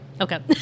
Okay